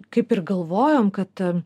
kaip ir galvojom kad